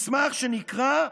מסמך שנקרא: